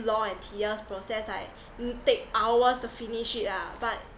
long and tedious process like mm take hours to finish it lah but